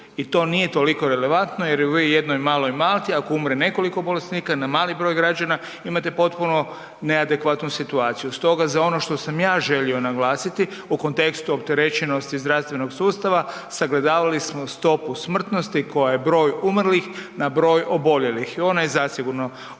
i to nije toliko relevantno jer je u jednom maloj Malti ako umre nekoliko bolesnika na mali broj građana imate potpuno neadekvatnu situaciju. Stoga za ono što sam ja želio naglasiti u kontekstu opterećenosti zdravstvenog sustava sagledavali smo stopu smrtnosti koja je broj umrlih na broj oboljelih i ona je zasigurno onolika